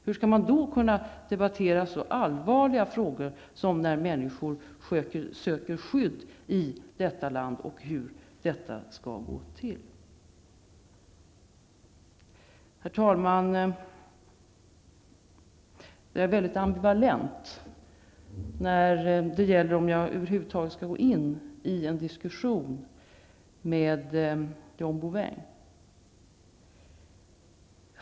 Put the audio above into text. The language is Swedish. Hur skall man då kunna debattera så allvarliga frågor som att människor söker skydd i detta land och hur det skall gå till? Herr talman! Jag är väldigt ambivalent när det gäller om jag över huvud taget skall gå in i en diskussion med John Bouvin.